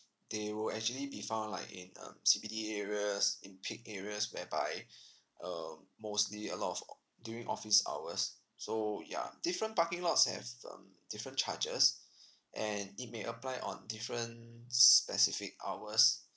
they will actually be found like in um C_B_D areas in peak areas whereby um mostly a lot of o~ during office hours so ya different parking lots have um different charges and it may apply on different specific hours